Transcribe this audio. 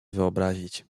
wyobrazić